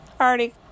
already